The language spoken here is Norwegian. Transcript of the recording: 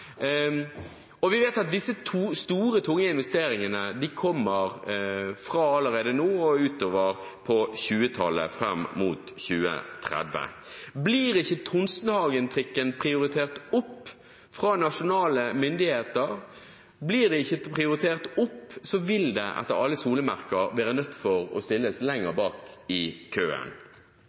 Og vi vet at disse to store, tunge investeringene kommer allerede fra nå og utover på 2000-tallet, fram mot 2030. Blir ikke Tonsenhagen-trikken prioritert opp av nasjonale myndigheter, vil den etter alle solemerker være nødt å stille lenger bak i køen.